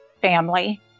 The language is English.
family